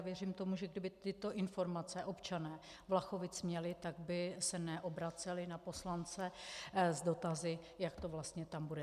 věřím tomu, že kdyby tyto informace občané Vlachovic měli, tak by se neobraceli na poslance s dotazy, jak to tam vlastně bude.